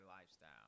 lifestyle